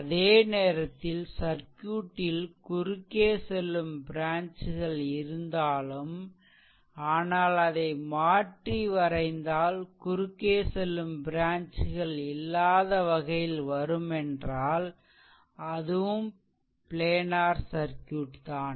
அதே நேரத்தில் சர்க்யூட்டில் குறுக்கே செல்லும் ப்ரான்ச்கள் இருந்தாலும் ஆனால் அதை மாற்றி வரைந்தால் குறுக்கே செல்லும் ப்ரான்ச்கள் இல்லாத வகையில் வருமென்றால் அதுவும் ப்லேனார் சர்க்யூட் தான்